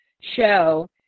show